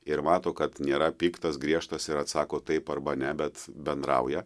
ir mato kad nėra piktas griežtas ir atsako taip arba ne bet bendrauja